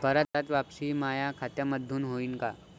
कराच वापसी माया खात्यामंधून होईन का?